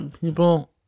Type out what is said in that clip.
people